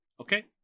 Okay